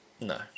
No